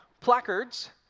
placards